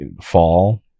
fall